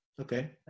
Okay